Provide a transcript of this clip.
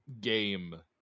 game